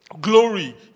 glory